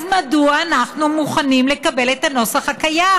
אז מדוע אנחנו מוכנים לקבל את הנוסח הקיים?